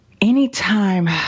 Anytime